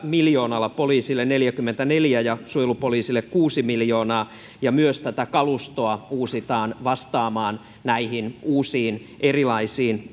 miljoonalla poliisille neljäkymmentäneljä ja suojelupoliisille kuusi miljoonaa ja myös kalustoa uusitaan vastaamaan näihin uusiin erilaisiin